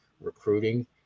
recruiting